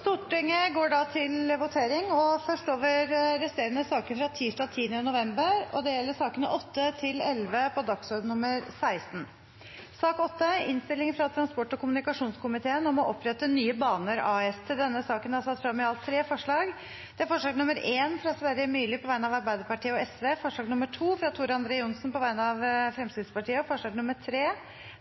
Stortinget tar da en pause i behandlingen av sak nr. 6, og det ringes til votering. Da er vi klare til å votere. Stortinget voterer først over resterende saker fra tirsdag 10. november. Under debatten er det satt frem i alt tre forslag. Det er forslag nr. 1, fra Sverre Myrli på vegne av Arbeiderpartiet og Sosialistisk Venstreparti forslag nr. 2, fra Tor André Johnsen på vegne av Fremskrittspartiet forslag nr. 3,